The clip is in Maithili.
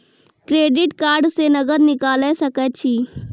क्रेडिट कार्ड से नगद निकाल सके छी?